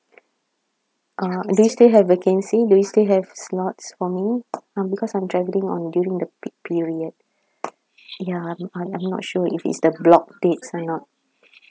uh do you still have vacancy do you still have slots for me um because I'm travelling on during the peak period ya I'm I'm not sure if it's the blocked dates or not